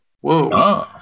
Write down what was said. Whoa